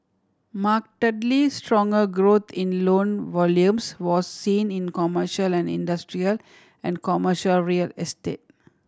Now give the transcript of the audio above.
markedly stronger growth in loan volumes was seen in commercial and industrial and commercial real estate